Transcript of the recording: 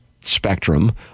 spectrum